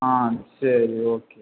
ஆ சரி ஓகே